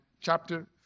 chapter